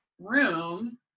room